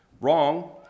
wrong